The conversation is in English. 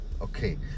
Okay